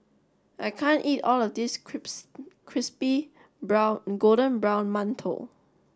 I can't eat all of this Crispy Brown Golden Brown Mantou